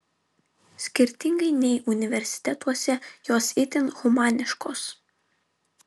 skirtingai nei universitetuose jos itin humaniškos